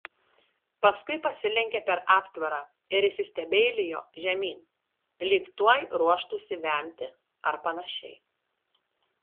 paskui pasilenkė per aptvarą ir įsistebeilijo žemyn lyg tuoj ruoštųsi vemti ar panašiai